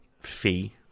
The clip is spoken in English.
Fee